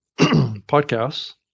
podcasts